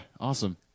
awesome